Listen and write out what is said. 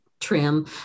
trim